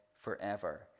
forever